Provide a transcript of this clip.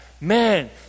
man